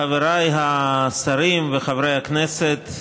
חבריי השרים וחברי הכנסת,